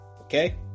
okay